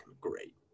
great